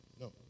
No